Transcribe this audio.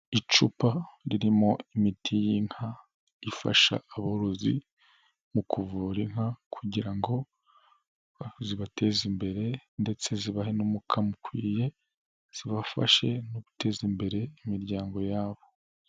Icupa ririmo imiti y'inka ifasha aborozi mu kuvura inka, kugira ngo zibateze imbere ndetse zibahe umukamo ukwiye, zibafashe no guteza imbere imiryango yabo.